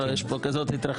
לא, יש פה כזאת התרחשות.